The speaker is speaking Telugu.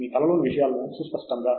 మీ తలలోని విషయాలను స్పస్టముగా